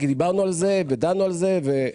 כי דיברנו על זה ודנו על זה -- אין